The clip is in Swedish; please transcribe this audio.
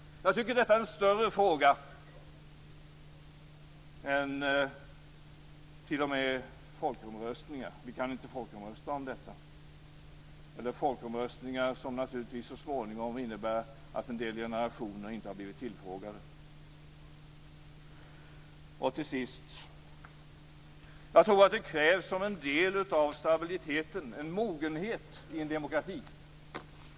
Jag tycker att detta är en större fråga än t.o.m. folkomröstningar. Vi kan inte folkomrösta om detta. Det är ju folkomröstningar som naturligtvis så småningom innebär att en del generationer inte har blivit tillfrågade. Till sist tror jag att det av en del av stabiliteten krävs en mogenhet i en demokrati.